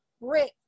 Rick